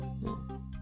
No